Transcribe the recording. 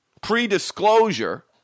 pre-disclosure